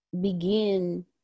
begin